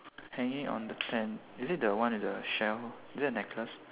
hanging on the tent is it the one with the shell is that necklace